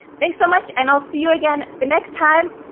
thanks so much, and i'll see you again the next time.